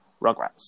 Rugrats